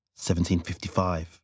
1755